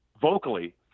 vocally